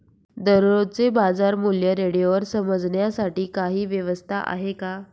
दररोजचे बाजारमूल्य रेडिओवर समजण्यासाठी काही व्यवस्था आहे का?